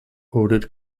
ordered